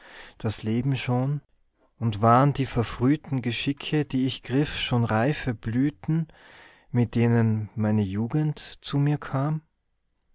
das leben schon und waren die verfrühten geschicke die ich griff schon reife blüten mit denen meine jugend zu mir kam